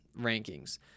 rankings